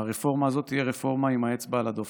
הרפורמה הזאת תהיה רפורמה עם האצבע על הדופק.